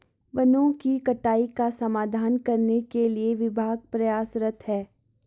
वनों की कटाई का समाधान करने के लिए विभाग प्रयासरत है